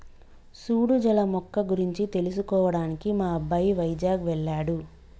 సూడు జల మొక్క గురించి తెలుసుకోవడానికి మా అబ్బాయి వైజాగ్ వెళ్ళాడు